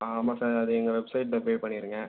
ஆமாம் சார் எங்கள் வெப்சைட்டில பே பண்ணிருங்க